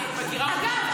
אגב,